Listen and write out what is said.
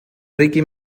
ricky